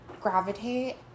gravitate